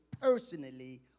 personally